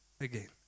again